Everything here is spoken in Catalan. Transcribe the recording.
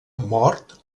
mort